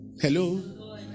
Hello